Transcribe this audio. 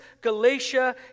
Galatia